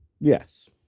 Yes